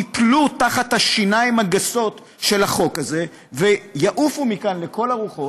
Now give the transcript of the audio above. ייפלו תחת השיניים הגסות של החוק הזה ויעופו מכאן לכל הרוחות,